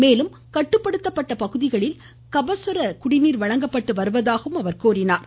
மேலும் கட்டுப்படுத்தப்பட்ட பகுதிகளில் கபசுர குடிநீர் வழங்கப்பட்டு வருவதாகவும் தெரிவித்தார்